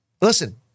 listen